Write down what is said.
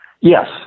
Yes